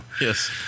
Yes